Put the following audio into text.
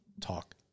talk